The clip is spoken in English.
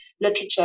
literature